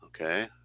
Okay